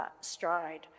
stride